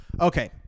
Okay